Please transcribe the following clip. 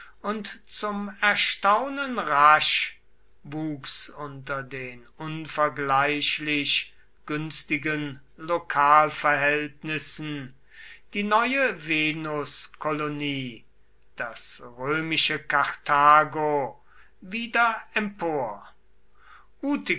zum erstaunen rasch wuchs unter den unvergleichlich günstigen lokalverhältnissen die neue venuskolonie das römische karthago wieder empor